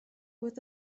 with